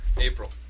April